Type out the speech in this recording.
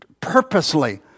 purposely